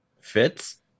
fits